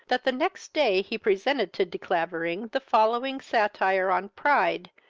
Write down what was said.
that the next day he presented to de clavering the following satire on pride,